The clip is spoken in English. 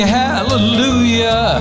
hallelujah